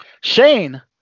Shane